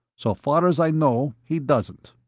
so far as i know, he doesn't.